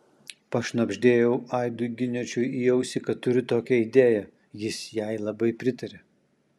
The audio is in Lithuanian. pašnabždėjau aidui giniočiui į ausį kad turiu tokią idėją jis jai labai pritarė